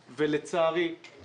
ואחרים שהוצעו לנו מכל כיוון כמעט,